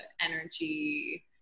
energy